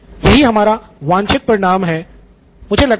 यही हमारा वांछित परिणाम है